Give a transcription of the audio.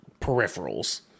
peripherals